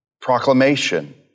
proclamation